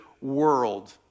world